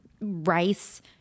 rice